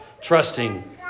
trusting